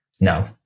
No